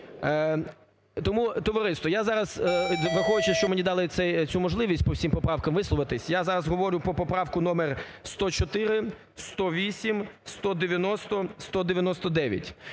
Тому, товариство, я зараз, виходячи, що мені дали цю можливість по всім поправкам висловитись, я зараз говорю про поправку № 104, 108, 190, 199.